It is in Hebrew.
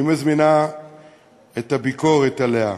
מזמינה את הביקורת עליה,